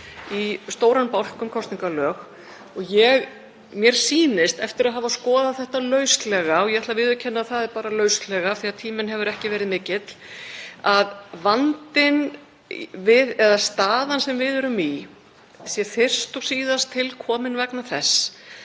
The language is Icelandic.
í stóran lagabálk um kosningar. Mér sýnist, eftir að hafa skoðað þetta lauslega, og ég ætla að viðurkenna að það er bara lauslega af því að tíminn hefur ekki verið mikill, að staðan sem við erum í sé fyrst og síðast til komin vegna þess